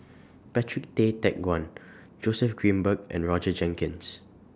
Patrick Tay Teck Guan Joseph Grimberg and Roger Jenkins